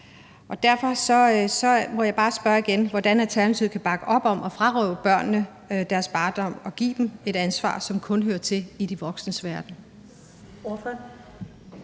Derfor må jeg bare spørge igen, hvordan Alternativet kan bakke op om at frarøve børnene deres barndom og give dem et ansvar, som kun hører til i de voksnes verden.